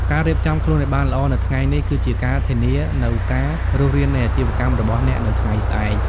ការរៀបចំខ្លួនឱ្យបានល្អនៅថ្ងៃនេះ គឺជាការធានានូវការរស់រាននៃអាជីវកម្មរបស់អ្នកនៅថ្ងៃស្អែក។